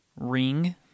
ring